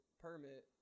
permit